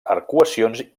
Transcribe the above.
arcuacions